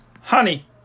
honey